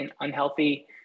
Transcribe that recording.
unhealthy